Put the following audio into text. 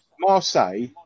Marseille